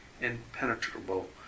impenetrable